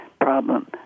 problem